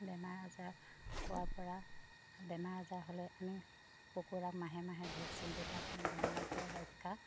বেমাৰ আজাৰ হোৱাৰ পৰা বেমাৰ আজাৰ হ'লে আমি কুকুৰা মাহে মাহে ভেকচিন দি থাকোঁ বেমাৰৰ পৰা ৰক্ষা